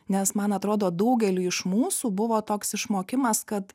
nes man atrodo daugeliui iš mūsų buvo toks išmokimas kad